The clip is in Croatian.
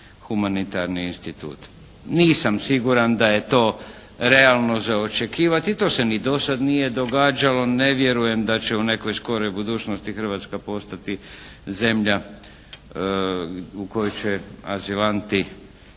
Hrvatska postati zemlja u kojoj će azilanti